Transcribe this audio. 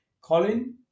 Colin